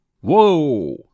Whoa